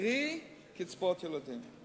קרי קצבאות הילדים.